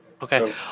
Okay